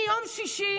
ביום שישי